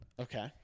Okay